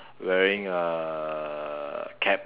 wearing uh cap